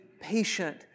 patient